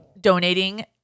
donating